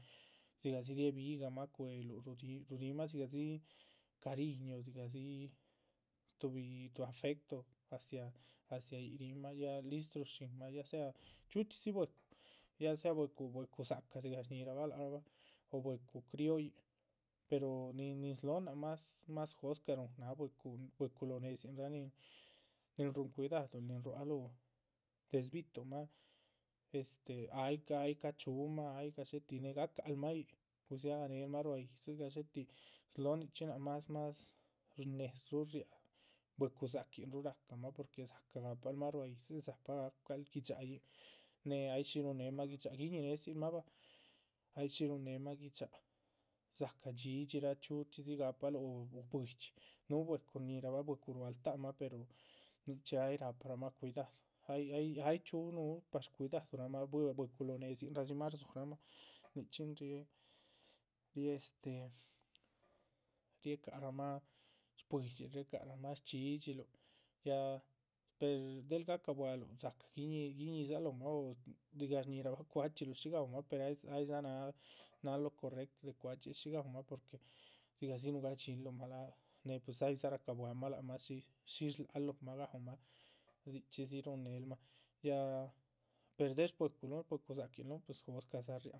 Dzigah dzi riéhe bigahma cueheluh ríh ruhunimah dzigah dzi cariño dzigah dzi tuhbi tuh afecto hacia hacia yíc, yíc rihinmah ya listru shínmah ya sea chxíuchxidzi. bwecu ya sea bwecu dzácah dzigah shñíhirabah lac rabah o bwecu criollin pero nihín slóhon nác mas, mas jóscah ruhun náha bwecu lóho nédzinraa nin ninn- rúhun cuidaduluh. nin ruáhaluh desde bi´tuhnmah este ay ay ca´ chuhumah ay gadxé tih née gacahcl mah yíc, gudzia ganelmah ruá yídziluh gadxé tih, slóhon nichxí náac más más. shnédza ríaha bwecu dzáquinruhu rahcamah porque gahpalmah ruá yídzil dzacah gahpal gui´dxayin, neh ay shí ruhun nemah gui´dxa guiñí nédziluh mah bah, ay shí. ruhun néhmah gui´dxa dzácah dhxídhxiraa chxíu chxídzi gahpaluh buidxi bwecu shñíhirabah bwecu ruáhal ta´ pero nichxí ay rahparamah cuidadu ay ay ay chxíu núhu. par shcuidadurahmah bwe bwecu lóh nedzínraa dzimah rdzúhuramah, nichxín ríh ríh este riéhe ca´rahmah shpuídxiluh, riéhe ca´rahmah shdhxídhxiluh ya pues del gahcah. bualuh dzácah guiñíh guiñíhdzal lóhmah dzigah shñíhirahbah cuachxíluh shí gaúmah ay dzá náha lo correcto del chxíluh shí gaúmah porque dzigahdzi. nuhugadxinluh mah láha née pues aydza racabuahamah lac mah shísh shláhal lóhomah raúmah dzichxídzi ruhun nelmah ya pero del shbweculuhn bwecu dzaquinluhn pues jóscahdza. riáhamah